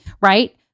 right